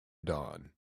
dawn